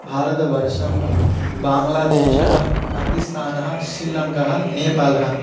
भारतवर्शं बाङ्लादेशः पाकिस्तानः शीलङ्कः नेपालः